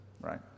right